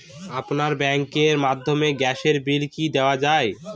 আপনার ব্যাংকের মাধ্যমে গ্যাসের বিল কি দেওয়া য়ায়?